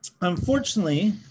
unfortunately